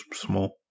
small